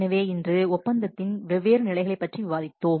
எனவே இன்று ஒப்பந்தத்தில் வெவ்வேறு நிலைகளைப் பற்றி விவாதித்தோம்